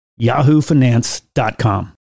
yahoofinance.com